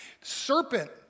Serpent